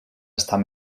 estar